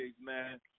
man